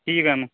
ठीक आहे मग